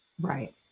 Right